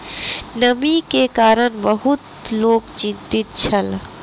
नमी के कारण बहुत लोक चिंतित छल